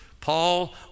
Paul